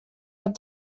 cap